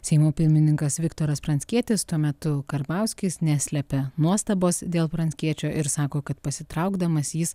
seimo pirmininkas viktoras pranckietis tuo metu karbauskis neslepia nuostabos dėl pranckiečio ir sako kad pasitraukdamas jis